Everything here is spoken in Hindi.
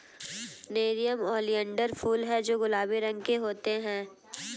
नेरियम ओलियंडर फूल हैं जो गुलाबी रंग के होते हैं